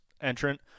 entrant